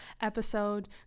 episode